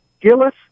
Gillis